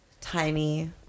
tiny